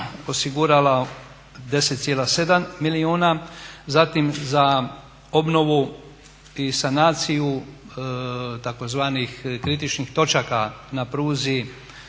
osiguralo 10,7 milijuna. Zatim za obnovu i sanaciju tzv. kritičnih točaka na pruzi